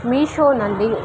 ಮಿಶೋದಲ್ಲಿ